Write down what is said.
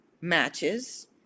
matches